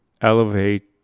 elevate